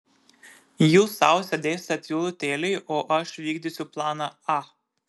jūs sau sėdėsite tylutėliai o aš vykdysiu planą a